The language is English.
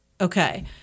Okay